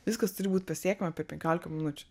viskas turi būt pasiekiama per penkiolika minučių